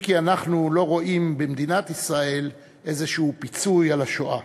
אם כי אנחנו לא רואים במדינת ישראל איזשהו פיצוי על השואה.